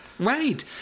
Right